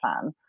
plan